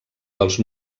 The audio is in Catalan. dels